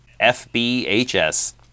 fbhs